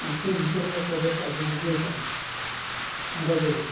ᱩᱱᱠᱤᱱ ᱵᱷᱤᱛᱤᱨ ᱨᱮ ᱚᱠᱚᱭ ᱵᱮᱥᱟᱜ ᱮ ᱡᱚᱢ ᱟᱹᱜᱩ ᱟᱠᱟᱫᱼᱟ ᱚᱸᱰᱮ ᱜᱮ